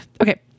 Okay